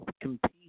compete